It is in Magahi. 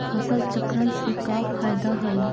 फसल चक्रण से का फ़ायदा हई?